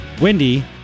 Windy